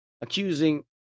accusing